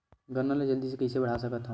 गन्ना ल जल्दी कइसे बढ़ा सकत हव?